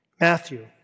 Matthew